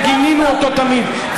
וגינינו אותו תמיד,